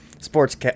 sports